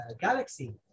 galaxy